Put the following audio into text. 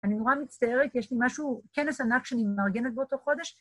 ‫אני נורא מצטערת, יש לי משהו, ‫כנס ענק שאני מארגנת באותו חודש.